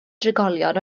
drigolion